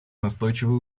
настойчивые